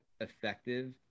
effective